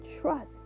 Trust